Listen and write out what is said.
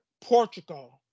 Portugal